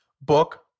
book